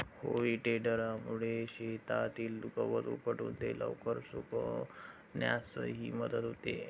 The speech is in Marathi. हेई टेडरमुळे शेतातील गवत उपटून ते लवकर सुकण्यासही मदत होते